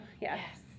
Yes